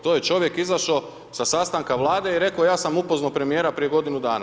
To je čovjek izašao sa sastanka Vlade i rekao ja sam upoznao premijera prije godinu dana.